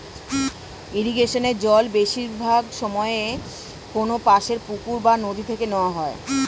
ইরিগেশনে জল বেশিরভাগ সময়ে কোনপাশের পুকুর বা নদি থেকে নেওয়া হয়